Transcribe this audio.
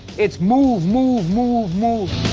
it's move, move, move, move.